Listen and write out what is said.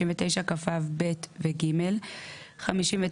59כו(ב) ו-(ג) ,